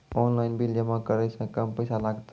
Online bill जमा करै से कम पैसा लागतै?